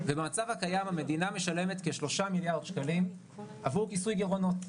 ובמצב הקיים המדינה משלמת כשלושה מיליארד שקלים עבור כיסוי גירעונות,